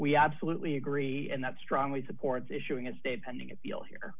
we absolutely agree and that strongly supports issuing a statement to appeal here